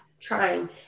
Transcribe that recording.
trying